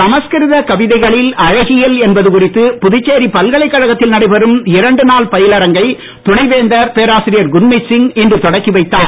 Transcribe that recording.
சமஸ்கிருத கவிதைகளில் அழகியல் என்பது குறித்து புதுச்சேரி பல்கலைக் கழகத்தில் நடைபெறும் இரண்டுநாள் பயிலரங்கை துணைவேந்தர் பேராசிரியர் குர்மித்சிங் இன்று தொடக்கி வைத்தார்